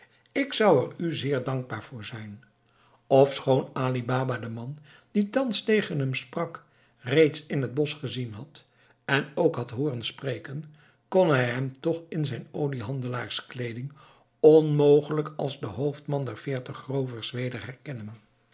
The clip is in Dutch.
ik zou er u zeer dankbaar voor zijn ofschoon ali baba den man die thans tegen hem sprak reeds in het bosch gezien had en ook had hooren spreken kon hij hem toch in zijn oliehandelaarskleeding onmogelijk als den hoofdman der veertig roovers weder herkennen